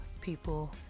people